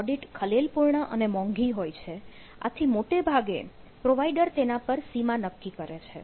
આ ઓડિટ ખલેલ પૂર્ણ અને મોંઘી હોય છે આથી મોટેભાગે પ્રોવાઇડર તેના ઉપર સીમા નક્કી કરે છે